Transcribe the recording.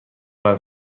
بلند